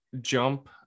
jump